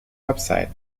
website